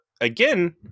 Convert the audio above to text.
again